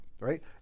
right